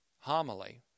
homily